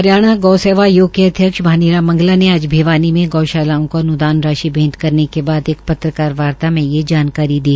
हरियाणा गौसेवा आयोग के अध्यक्ष भानीराम मंगला ने आज भिवानी में गौशालाओं को अन्दान राशि भ्रेंट करने के बाद पत्रकार वार्ता में ये जानकारी दी